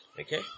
Okay